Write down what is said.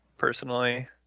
personally